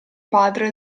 padre